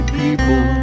people